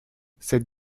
cette